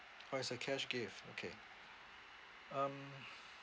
orh it's a cash gift okay um